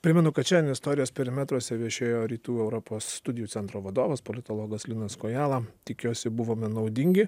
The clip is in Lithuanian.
primenu kad šiandien istorijos perimetruose viešėjo rytų europos studijų centro vadovas politologas linas kojala tikiuosi buvome naudingi